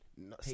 No